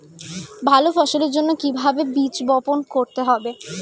ভালো ফসলের জন্য কিভাবে বীজ বপন করতে হবে?